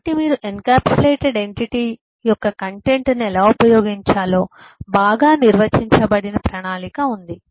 కాబట్టి మీరు encapsulated entity యొక్క కంటెంట్ను ఎలా ఉపయోగించాలో బాగా నిర్వచించబడిన ప్రణాళిక ఉంది